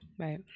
Right